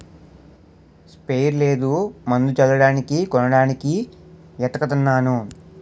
sprayer లేదు మందు జల్లడానికి కొనడానికి ఏతకతన్నాను